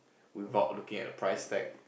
without looking at the price tag